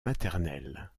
maternelle